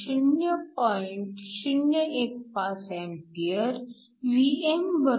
015 A Vm0